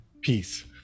peace